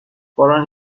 باران